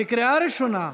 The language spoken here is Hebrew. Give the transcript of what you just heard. בקריאה ראשונה.